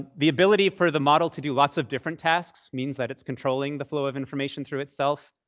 the ability for the model to do lots of different tasks means that it's controlling the flow of information through itself.